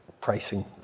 pricing